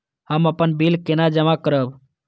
हम अपन बिल केना जमा करब?